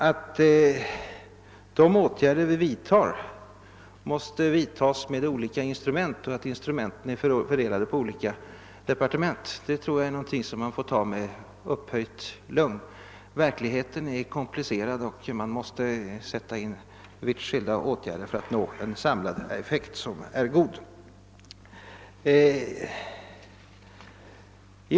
Att åtgärderna måste vidtas med olika instrument och att instrumenten är fördelade på olika departement tror jag är någonting som man får ta med upphöjt lugn. Verkligheten är komplicerad, och man måste sätta in vitt skilda åtgärder för att uppnå en samlad effekt som är god.